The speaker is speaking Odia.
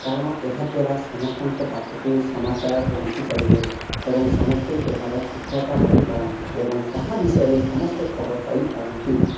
କାରଣ ଏହାଦ୍ୱାରା ସମସ୍ତଙ୍କ ପାଖକୁ ସମାଚାର ପହଞ୍ଚିପାରିଥାଏ ଏବଂ ସମସ୍ତେ ଏହାର ସୁଫଳତା ପାଇପାରନ୍ତି ଏବଂ ତାହା ବିଷୟରେ ସମସ୍ତେ ଖବର ପାଇପାରନ୍ତି